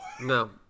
No